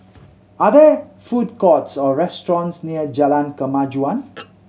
are there food courts or restaurants near Jalan Kemajuan